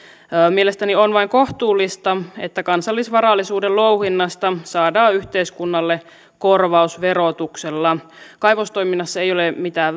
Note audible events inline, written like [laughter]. mielestäni on vain kohtuullista että kansallisvarallisuuden louhinnasta saadaan yhteiskunnalle korvaus verotuksella kaivostoiminnassa ei ole mitään [unintelligible]